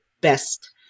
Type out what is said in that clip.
best